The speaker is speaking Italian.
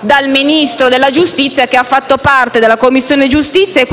dal Ministro della giustizia che ha fatto parte della Commissione giustizia e